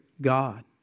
God